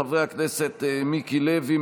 חברי הכנסת מיקי לוי,